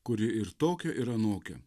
kuri ir tokia ir anokia